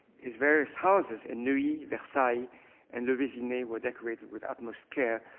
his various houses in neuilly, versailles and la vezinay were decorated with utmost care,